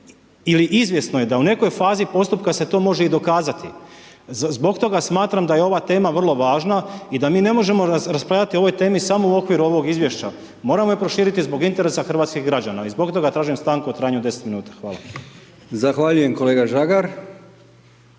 Izvjesno je da u nekoj fazi postupka se to može i dokazati, zbog toga smatram da je ova tema vrlo važna i da mi ne možemo raspravljati o ovoj temi samo u okviru ovog izvješća, moramo je proširiti zbog interesa hrvatskih građana i zbog toga tražim stanku u trajanju od 10 minuta. Hvala. **Brkić, Milijan